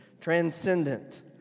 Transcendent